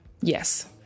Yes